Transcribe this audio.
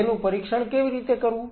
તેથી તેનું પરીક્ષણ કેવી રીતે કરવું